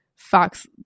fox